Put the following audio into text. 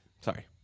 sorry